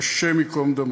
השם ייקום דמו,